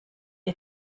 ihr